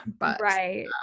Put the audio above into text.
Right